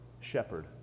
shepherd